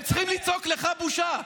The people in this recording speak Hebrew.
הם צריכים לצעוק לך "בושה".